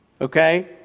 Okay